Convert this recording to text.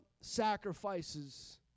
sacrifices